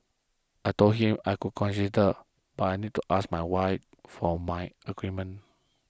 I told him I would consider but I need to ask my wife for my agreement